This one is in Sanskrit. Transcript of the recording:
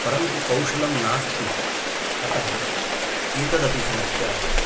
परन्तु कौशलं नास्ति अतः एतदपि समस्या अस्ति